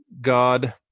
God